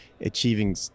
achieving